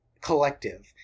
collective